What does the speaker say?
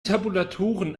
tabulatoren